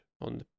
on